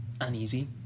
uneasy